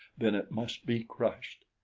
then it must be crushed.